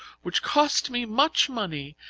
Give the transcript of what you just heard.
which cost me much money,